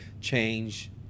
change